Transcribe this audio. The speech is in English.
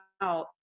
out